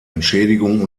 entschädigung